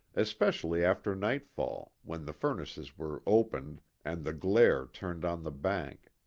especially after nightfall when the furnaces were opened and the glare turned on the bank,